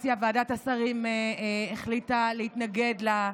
הצעה הקואליציה, ועדת השרים, החליטה להתנגד לה,